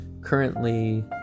Currently